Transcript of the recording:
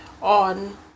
on